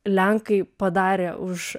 lenkai padarė už